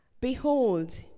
behold